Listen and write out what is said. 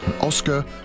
Oscar